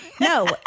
No